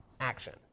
action